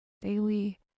daily